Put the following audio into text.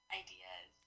ideas